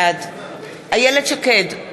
בעד איילת שקד,